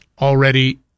already